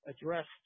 addressed